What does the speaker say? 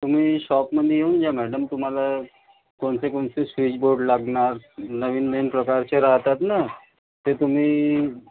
तुम्ही शॉपमध्ये येऊन जा मॅडम तुम्हाला कोणतेकोणते स्विच बोर्ड लागणार नवीननवीन प्रकारचे राहतात नं ते तुम्ही